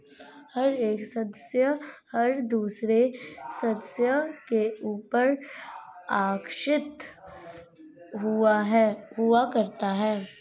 हर एक सदस्य हर दूसरे सदस्य के ऊपर आश्रित हुआ करता है